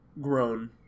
grown